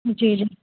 جی جی